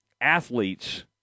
athletes